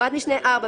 בפרט משנה 4,